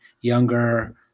younger